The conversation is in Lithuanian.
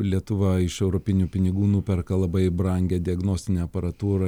lietuva iš europinių pinigų nuperka labai brangią diagnostinę aparatūrą